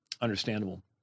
understandable